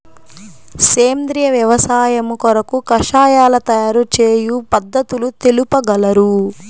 సేంద్రియ వ్యవసాయము కొరకు కషాయాల తయారు చేయు పద్ధతులు తెలుపగలరు?